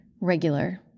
regular